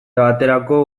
baterako